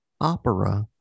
Opera